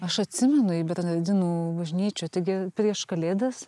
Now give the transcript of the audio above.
aš atsimenu į bernardinų bažnyčią taigi prieš kalėdas